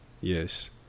Yes